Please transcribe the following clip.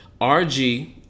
RG